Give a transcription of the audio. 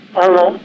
hello